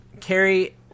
Carrie